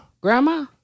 Grandma